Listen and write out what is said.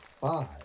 five